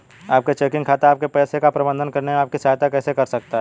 एक चेकिंग खाता आपके पैसे का प्रबंधन करने में आपकी सहायता कैसे कर सकता है?